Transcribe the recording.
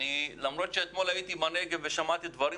למרות שאתמול הייתי בנגב ושמעתי דברים